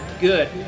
good